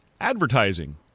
advertising